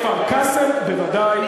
בכפר-קאסם, בוודאי.